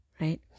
right